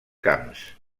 camps